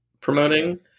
promoting